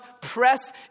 press